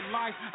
life